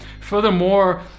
Furthermore